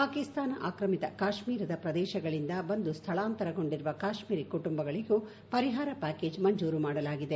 ಪಾಕಿಸ್ತಾನ ಆಕ್ರಮಿತ ಕಾಶ್ಮೀರದ ಪ್ರದೇಶಗಳಿಂದ ಬಂದು ಸ್ಥಳಾಂತರಗೊಂಡಿರುವ ಕಾಶ್ಮೀರ ಕುಟುಂಬಗಳಿಗೂ ಪರಿಹಾರ ಪ್ಯಾಕೇಜ್ ಮಂಜೂರು ಮಾಡಲಾಗಿದೆ